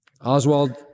Oswald